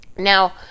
Now